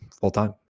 full-time